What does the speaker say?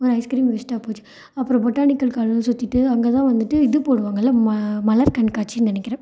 ஒரு ஐஸ்க்ரீம் வேஸ்ட்டாக போச்சு அப்புறம் பொட்டானிக்கல் கார்டன் சுத்திகிட்டு அங்கேதான் வந்துட்டு இது போடுவாங்கள்ல மலர் கண்காட்சின்னு நினைக்கிறேன்